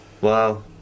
Wow